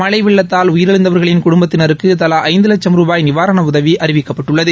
மழை வெள்ளத்தால் உயிரிழந்தவர்களின் குடும்பத்தினருக்கு தலா ஐந்து லட்சம் ரூபாய் நிவாரண உதவி அறிவிக்கப்பட்டுள்ளது